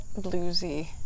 bluesy